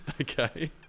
Okay